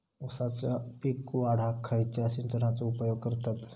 ऊसाचा पीक वाढाक खयच्या सिंचनाचो उपयोग करतत?